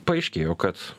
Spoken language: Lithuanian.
paaiškėjo kad